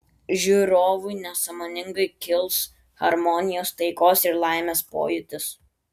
žiūrovui nesąmoningai kils harmonijos taikos ir laimės pojūtis